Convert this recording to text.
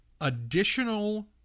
additional